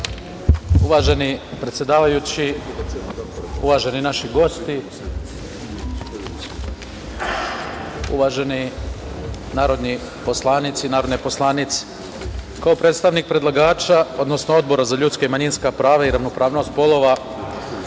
Uvaženi predsedavajući, uvaženi gosti, uvaženi narodni poslanici i narodne poslanice, kao predstavnik predlagača odnosno Odbora za ljudska i manjinska prava i ravnopravnost polova